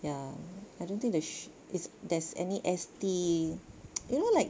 ya I don't think the shop there's there's any iced tea you know like